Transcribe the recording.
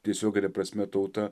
tiesiogine prasme tauta